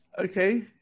Okay